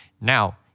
Now